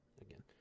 again